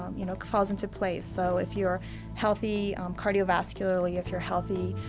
you know, falls into place. so if you're healthy cardiovascularly, if you're healthy,